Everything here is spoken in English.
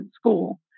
school